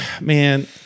man